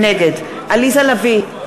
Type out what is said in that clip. נגד עליזה לביא,